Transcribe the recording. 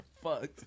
fucked